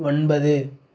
ஒன்பது